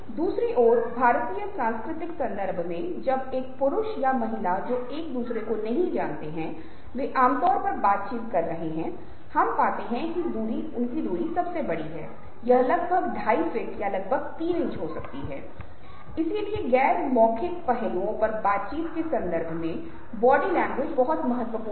घृणा दूसरी ओर एक भावना है जो नाक के चारों ओर चेहरे के निचले हिस्से में शुरू होती है नाक की झुर्रियों को बढ़ाती है और फिर होंठों के आसपास की मांसपेशियों की झुर्रियों को बड़ाती है और फिर जब यह तीव्र होती है आप पाते हैं कि यह आंखों के बीच ऊपरी भाग में झुर्रियों में बदल जाता है